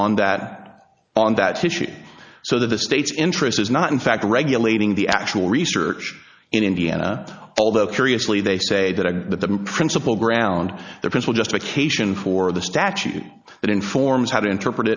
on that on that issue so the state's interest is not in fact regulating the actual research in indiana although curiously they say that a the principle ground the pencil just occasion for the statute that informs how to interpret